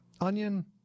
onion